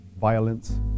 violence